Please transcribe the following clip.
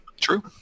True